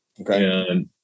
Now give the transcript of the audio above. Okay